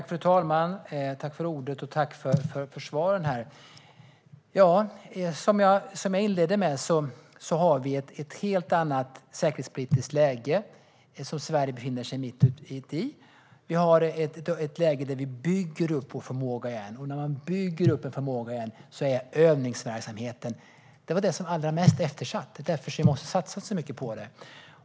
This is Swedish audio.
Fru talman! Tack för svaren, miljöministern! Som jag inledde med har vi ett helt annat säkerhetspolitiskt läge i dag, som Sverige befinner sig mitt i. Vi har ett läge där vi bygger upp vår förmåga igen, och när man bygger upp en förmåga igen är övningsverksamheten viktig. Det var den som var allra mest eftersatt; det är därför vi måste satsa mycket på den.